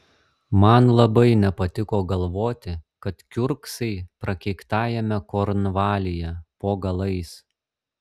man labai nepatiko galvoti kad kiurksai prakeiktajame kornvalyje po galais